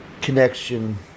connection